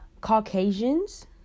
Caucasians